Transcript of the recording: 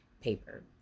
paper